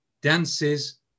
dances